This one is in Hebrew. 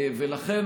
לכן,